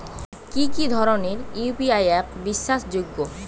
কি কি ধরনের ইউ.পি.আই অ্যাপ বিশ্বাসযোগ্য?